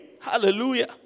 Hallelujah